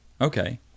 Okay